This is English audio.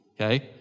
okay